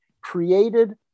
created